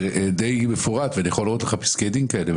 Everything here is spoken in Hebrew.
די מפורט ואני יכול להראות לך פסקי דין כאלה.